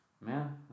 Man